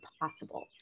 possible